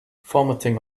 formatting